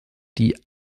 die